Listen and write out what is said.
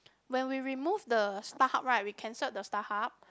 when we remove the Starhub right we cancelled the Starhub